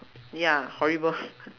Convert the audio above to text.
ya horrible